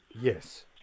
Yes